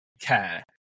care